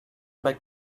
back